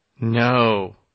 No